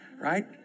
Right